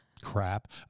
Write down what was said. crap